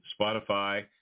Spotify